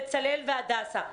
בצלאל והדסה.